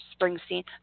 Springsteen